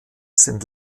sind